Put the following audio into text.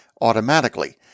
automatically